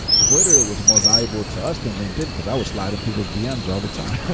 twitter was more valuable to us than linkedin, because i was sliding people's dms all the time,